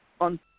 on